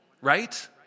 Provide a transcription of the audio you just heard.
right